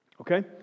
Okay